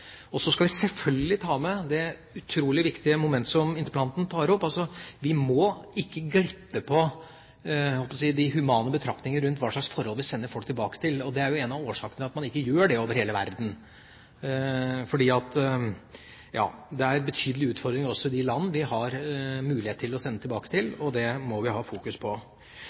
Så skal vi selvfølgelig ta med det utrolig viktige momentet som interpellanten tar opp, at vi ikke må glippe på, jeg holdt på å si, de humane betraktningene rundt hva slags forhold vi sender folk tilbake til. Det er en av årsakene til at man ikke gjør det over hele verden. For det er betydelige utfordringer også i de landene vi har mulighet til å sende tilbake til. Det må vi fokusere på.